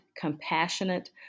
compassionate